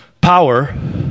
power